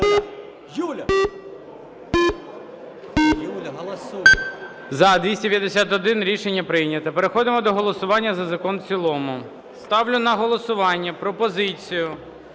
За-251 Рішення прийнято. Переходимо до голосування за закон у цілому. Ставлю на голосування пропозицію